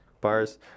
bars